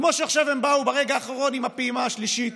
כמו שעכשיו הם באו ברגע האחרון עם הפעימה השלישית,